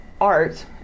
art